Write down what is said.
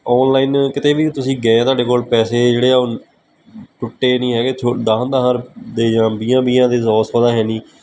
online ਕਿਤੇ ਵੀ ਤੁਸੀਂ ਗਏ ਹਾਂ ਤੁਹਾਡੇ ਕੋਲ ਪੈਸੇ ਜਿਹੜੇ ਆ ਟੁੱਟੇ ਨਹੀਂ ਹੈਗੇ ਦਸਾ ਦਸਾ ਦੇ ਜਾਂ ਵੀਹਾਂ ਵੀਹਾਂ ਦੇ ਸੌ ਸੌ ਦੇ ਹੈ ਨਹੀਂ